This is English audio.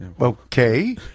okay